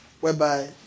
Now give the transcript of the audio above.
whereby